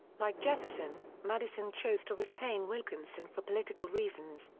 like jefferson, madison chose to retain wilkinson for political reasons,